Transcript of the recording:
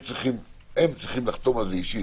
הם צריכים לחתום על זה אישית,